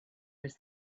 was